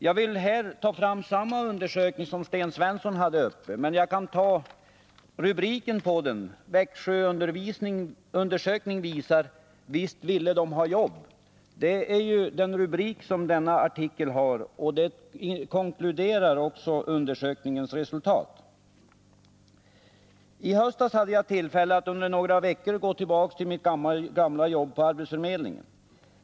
Jag vill ta upp samma undersökning som Sten Svensson talade om, och jag kan citera rubriken på den artikel där undersökningen redovisas: ”Växjöundersökning visar: Visst ville dom ha jobb!” Det är alltså rubriken på artikeln, och den konkluderar också undersökningens resultat. I höstas hade jag tillfälle att under några veckor gå tillbaka till mitt gamla jobb på arbetsförmedlingen.